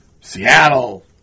Seattle